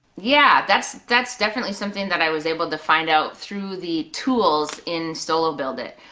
yeah, that's that's definitely something that i was able to find out through the tools in solo build it.